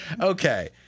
Okay